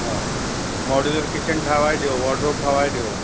हा modular kitchen ठावाए ॾियो वार्डरॉब ठावाए ॾियो